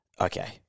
okay